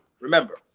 remember